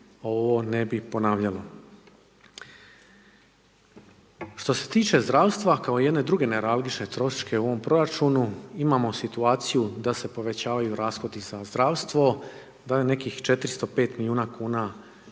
ovo ne bi ponavljalo. Što se tiče zdravstva, kao jedne druge neuralgične točke u ovom proračunu, imamo situaciju da se povećavaju rashodi za zdravstvo, da je nekih 405 milijuna kn